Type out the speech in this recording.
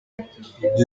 ngibyo